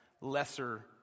lesser